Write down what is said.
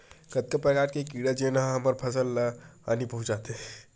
कतका प्रकार के कीड़ा जेन ह हमर फसल ल हानि पहुंचाथे?